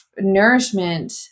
nourishment